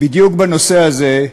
בדיוק בנושא הזה,